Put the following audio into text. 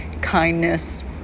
kindness